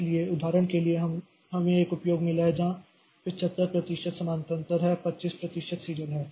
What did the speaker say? इसलिए उदाहरण के लिए हमें एक उपयोग मिला है जहां 75 प्रतिशत समानांतर है और 25 प्रतिशत सीरियल है